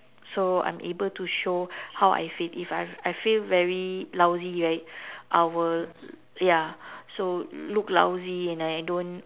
so I'm able to show how I feel if I I feel very lousy right I will ya so look lousy and I don't